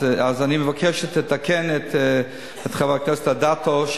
אז אני מבקש שתתקן את חברת הכנסת אדטו,